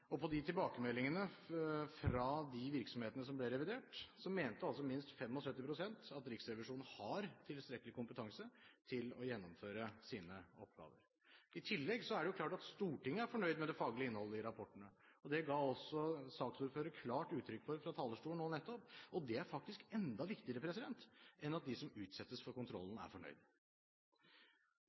tilbakemeldingene fra de virksomhetene som ble revidert, viste at minst 75 pst. mente at Riksrevisjonen har tilstrekkelig kompetanse til å gjennomføre sine oppgaver. I tillegg er det klart at Stortinget er fornøyd med det faglige innholdet i rapportene. Det ga også saksordføreren klart uttrykk for fra talerstolen nå nettopp, og det er faktisk enda viktigere enn at de som utsettes for kontrollen, er